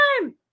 time